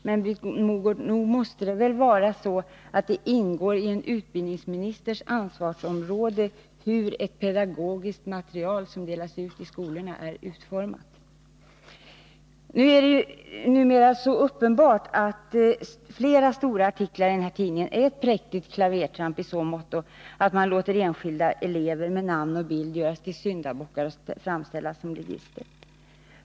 Men, Britt Mogård, nog måste det väl ändå vara så att en fråga som rör hur ett pedagogiskt material som delas ut i skolorna är utformat ingår i en skolministers ansvarsområde. Det är numera uppenbart att flera stora artiklar i den här tidningen är ett präktigt klavertramp i så måtto att man låter enskilda elever med namn och bild göras till syndabockar och framställas som ligister.